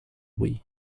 wii